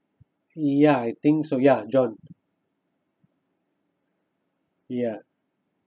ya I think so ya john ya